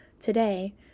Today